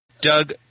Doug